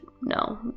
no